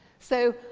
so,